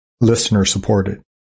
listener-supported